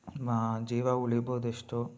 ಮಾ ಜೀವ ಉಳಿಬೋದು ಎಷ್ಟೋ